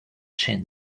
chin